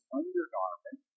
undergarment